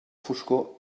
foscor